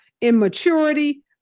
immaturity